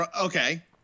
Okay